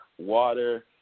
water